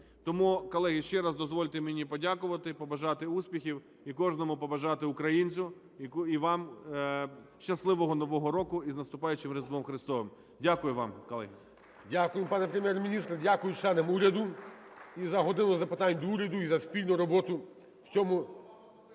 Тому, колеги, це раз дозвольте мені подякувати, побажати успіхів і кожному побажати українцю, і вам щасливого Нового року. І з наступаючим Різдвом Христовим! Дякую вам, колеги. ГОЛОВУЮЧИЙ. Дякую, пане Прем’єр-міністр, дякую членам уряду і за "годину запитань до Уряду", і за спільну роботу в цьому